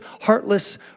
heartless